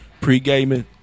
Pre-gaming